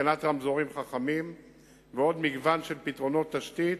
התקנת רמזורים חכמים ועוד מגוון של פתרונות תשתית